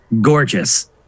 gorgeous